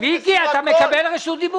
בכל מקום,